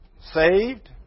saved